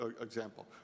example